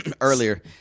earlier